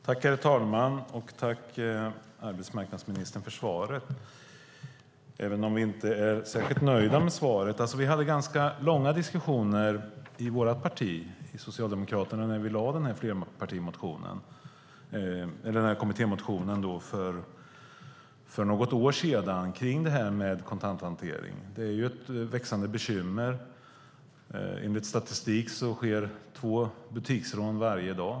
Herr talman! Tack för svaret, arbetsmarknadsministern, även om vi inte är särskilt nöjda med svaret! Vi hade ganska långa diskussioner i vårt parti Socialdemokraterna när vi lade fram kommittémotionen om kontanthantering för något år sedan. Det är ett växande bekymmer. Enligt statistik sker två butiksrån varje dag.